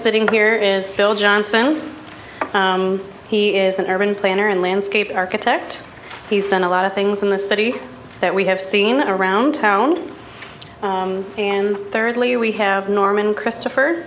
sitting here is phil johnson he is an urban planner and landscape architect he's done a lot of things in the city that we have seen around town and thirdly we have norman christopher